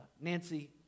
Nancy